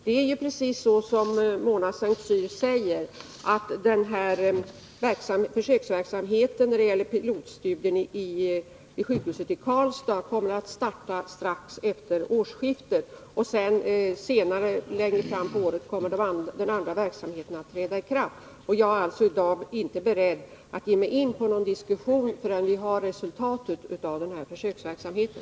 Det är precis som Mona Saint Cyr säger att försöksverksamheten när det gäller pilotstudien vid sjukhuset i Karlstad kommer att starta strax efter årsskiftet. Längre fram på året kommer den andra verksamheten att träda i kraft. Jag är alltså inte beredd att ge mig in på någon diskussion förrän vi har resultaten av den här försöksverksamheten.